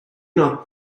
not